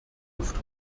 luft